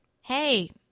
hey